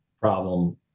problem